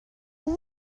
look